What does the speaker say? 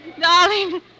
darling